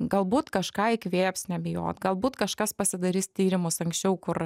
galbūt kažką įkvėps nebijot galbūt kažkas pasidarys tyrimus anksčiau kur